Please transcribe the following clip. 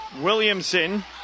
Williamson